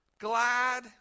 glad